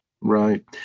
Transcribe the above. Right